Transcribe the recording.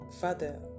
Father